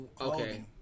Okay